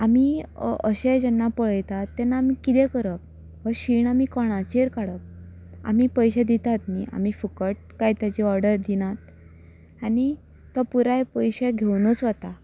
आमी अशें जेन्ना पळयतात तेन्ना आमी कितें करप हो शीण आमी कोणाचेर काडप आमी पयशे दितात न्ही आमी फुकट काय ताजी ऑर्डर दिनात आनी तो पुराय पयशे घेवनूच वता